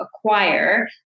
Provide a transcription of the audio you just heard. acquire